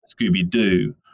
scooby-doo